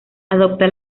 adopta